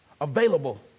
available